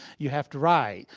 you have to write.